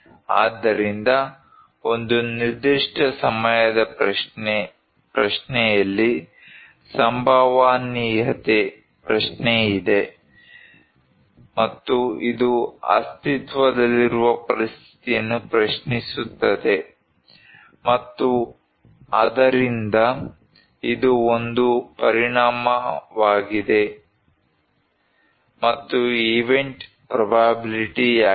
ಆದ್ದರಿಂದ ಒಂದು ನಿರ್ದಿಷ್ಟ ಸಮಯದ ಪ್ರಶ್ನೆಯಲ್ಲಿ ಸಂಭವನೀಯತೆ ಪ್ರಶ್ನೆ ಇದೆ ಮತ್ತು ಇದು ಅಸ್ತಿತ್ವದಲ್ಲಿರುವ ಪರಿಸ್ಥಿತಿಯನ್ನು ಪ್ರಶ್ನಿಸುತ್ತದೆ ಮತ್ತು ಆದ್ದರಿಂದ ಇದು ಒಂದು ಪರಿಣಾಮವಾಗಿದೆ ಮತ್ತು ಈವೆಂಟ್ ಪ್ರೊಬ್ಯಾಬಿಲ್ಟಿಯಾಗಿದೆ